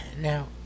Now